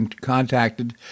contacted